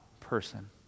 person